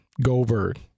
Goldberg